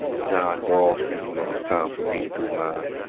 ah signed off. and when it was time for me to do mine,